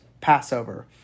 Passover